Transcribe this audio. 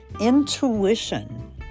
intuition